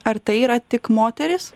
ar tai yra tik moterys